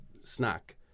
snack